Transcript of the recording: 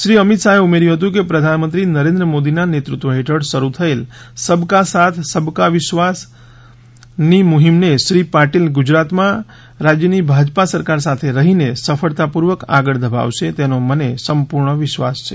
શ્રી અમિત શાહે ઉમેર્યું હતું કે પ્રધાનમંત્રીશ્રી નરેન્દ્ર મોદીના નેતૃત્વ હેઠળ શરુ થયેલ સબ કા સાથ સબ કા વિકાસ સબ કા વિશ્વાસ ની મુફીમને શ્રી પાટીલ ગુજરાતમાં રાજ્યની ભાજપા સરકાર સાથે રહીને સફળતાપુર્વક આગળ ધપાવશે તેનો મને સંપૂર્ણ વિશ્વાસ છે